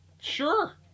Sure